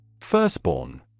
Firstborn